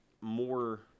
more